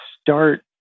start